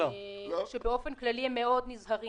אמרה שבאופן כללי היא נזהרת